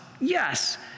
Yes